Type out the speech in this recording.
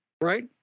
right